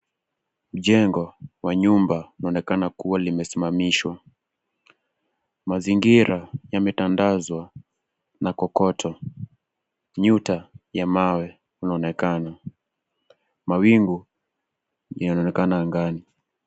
Jengo wa nyumba unaonekana kuwa limesimamishwa. Mazingira yametandazwa na kokoto. Nyuta ya mawe unaonekana. Mawingu inaonekana angani.